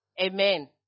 Amen